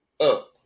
up